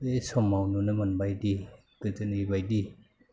बे समाव नुनो मोनबायदि गोदोनि बायदि